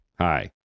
Hi